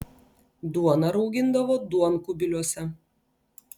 duoną raugindavo duonkubiliuose